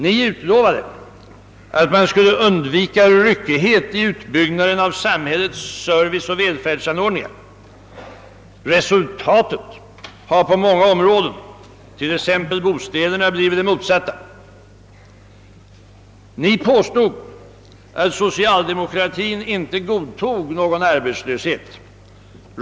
Ni utlovade att man skulle undvika ryckighet i utbyggnaden av samhällets service och välfärdsanordningar. Resultatet har på många områden, t.ex. när det gäller bostäderna, blivit det motsatta. Ni påstod att: socialdemokratin inte godtog någon arbetslöshet.